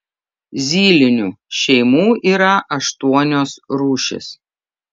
zylinių šeimų yra aštuonios rūšys